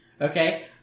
okay